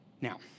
Now